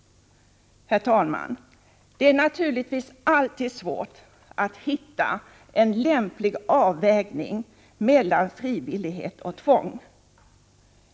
Herr talman! Det är naturligtvis alltid svårt att hitta en lämplig avvägning mellan frivillighet och tvång.